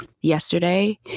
yesterday